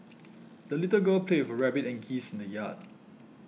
the little girl played with her rabbit and geese in the yard